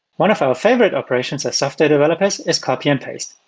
one of our favorite operations as software developers is copy and paste.